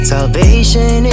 Salvation